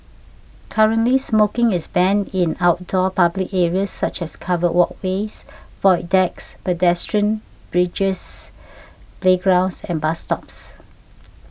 currently smoking is banned in outdoor public areas such as covered walkways void decks pedestrian bridges playgrounds and bus stops